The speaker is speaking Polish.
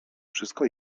wszystko